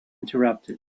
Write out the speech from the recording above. interrupted